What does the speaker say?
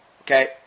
Okay